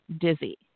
dizzy